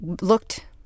looked